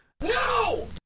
No